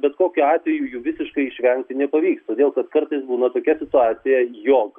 bet kokiu atveju jų visiškai išvengti nepavyks todėl kad kartais būna tokia situacija jog